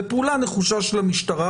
ופעולה נחושה של המשטרה,